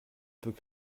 peut